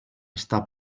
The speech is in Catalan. està